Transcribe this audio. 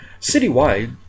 Citywide